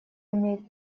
имеет